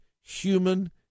human